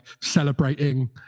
celebrating